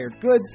goods